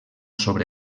sobre